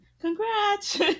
congrats